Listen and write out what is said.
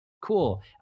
cool